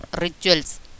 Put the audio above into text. rituals